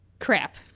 crap